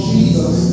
Jesus